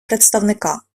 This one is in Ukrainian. представника